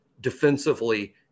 defensively